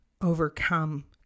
overcome